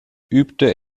übte